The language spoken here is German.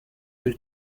viel